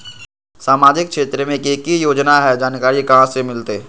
सामाजिक क्षेत्र मे कि की योजना है जानकारी कहाँ से मिलतै?